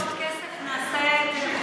אם יהיה לנו כסף נעשה את זה לכולם,